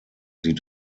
sie